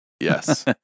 Yes